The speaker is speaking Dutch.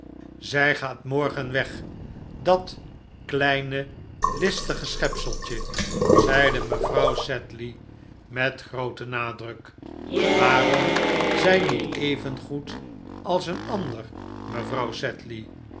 zij gaat morgen weg dat kleine listige schepseltje zeide mevrouw sedley met grooten nadruk waarom zij niet evengoed als een ander mevrouw